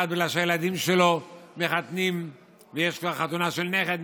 אחד בגלל שהילדים שלו מחתנים ויש כבר חתונה של נכד,